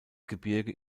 gebirge